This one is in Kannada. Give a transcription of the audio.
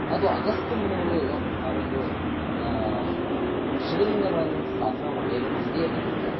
ಅದು ಅಗಸ್ತ್ಯ ಮುನಿಗಳು ಆ ಒಂದು ಶಿವಲಿಂಗನವನ್ನು ಸ್ಥಾಪನೆ ಮಾಡಿ ಅಲ್ಲೊಂದು ಗುಡಿಯನ್ನು ಕಟ್ಯಾರ